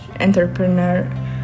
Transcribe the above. entrepreneur